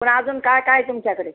पण अजून काय काय तुमच्याकडे